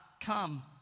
come